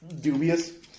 dubious